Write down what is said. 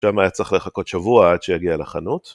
שם היה צריך לחכות שבוע עד שיגיע לחנות.